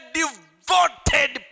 devoted